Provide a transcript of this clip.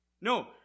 No